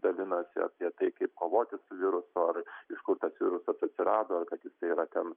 dalinosi apie tai kaip kovoti su virusu ar iš kur tas virusas atsirado kad jisai yra ten